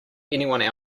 anyone